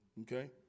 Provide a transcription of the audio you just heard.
okay